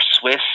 Swiss